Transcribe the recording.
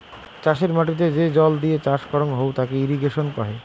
চাষের মাটিতে যে জল দিয়ে চাষ করং হউ তাকে ইরিগেশন কহে